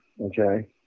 okay